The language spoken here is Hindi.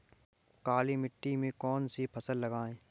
काली मिट्टी में कौन सी फसल लगाएँ?